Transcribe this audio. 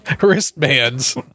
wristbands